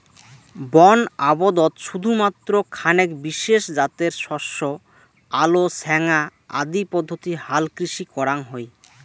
বন আবদত শুধুমাত্র খানেক বিশেষ জাতের শস্য আলো ছ্যাঙা আদি পদ্ধতি হালকৃষি করাং হই